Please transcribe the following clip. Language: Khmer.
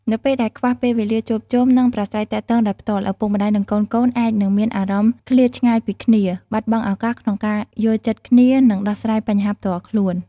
នៅពេលដែលខ្វះពេលវេលាជួបជុំ និងប្រាស្រ័យទាក់ទងដោយផ្ទាល់ ឪពុកម្ដាយ និងកូនៗអាចនឹងមានអារម្មណ៍ឃ្លាតឆ្ងាយពីគ្នា បាត់បង់ឱកាសក្នុងការយល់ចិត្តគ្នា និងដោះស្រាយបញ្ហាផ្ទាល់ខ្លួន។